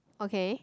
okay